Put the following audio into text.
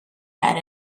had